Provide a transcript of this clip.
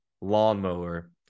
lawnmower